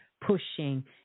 pushing